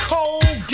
Cold